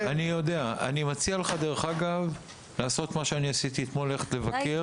אני מציע לך לעשות את מה שאני עשיתי אתמול לך תבקר.